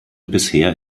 bisher